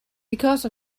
because